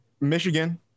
Michigan